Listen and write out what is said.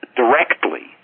directly